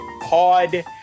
Pod